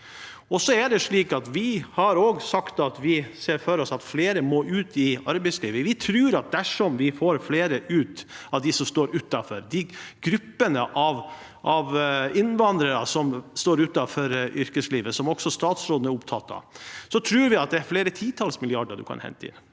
vi ser for oss at flere må ut i arbeidslivet. Vi tror at dersom vi får inn flere av dem som står utenfor, de gruppene av innvandrere som står utenfor yrkeslivet, som også statsråden er opptatt av, er det flere titalls milliarder å hente.